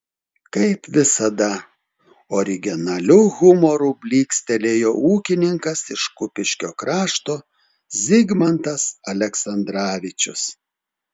kaip visada originaliu humoru blykstelėjo ūkininkas iš kupiškio krašto zigmantas aleksandravičius